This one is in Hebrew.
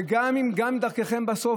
וגם אם דרככם בסוף,